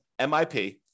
MIP